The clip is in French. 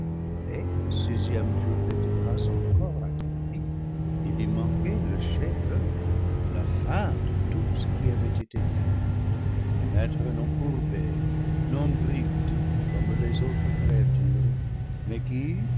et le sixième jour n'était pas encore accompli ii y manquait le chef-d'oeuvre la fin de tout ce qui avait été fait un être non courbé non brute comme les autres créa tures mais qui